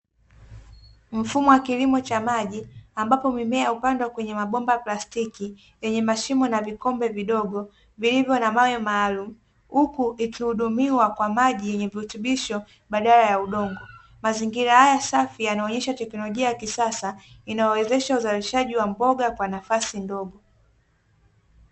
Mfumo wa kilimo cha maji, ambapo mimea hupandwa kwenye mabomba ya plastiki lenye mashine na vikombe vidogo vilivyo na mawe maalumu, huku ikihudumiwa kwa maji yenye virutubisho badala ya udongo. Mazingira haya safi yanaonyesha teknolojia ya kisasa inayowezesha uzalishaji wa mboga kwa nafasi ndogo.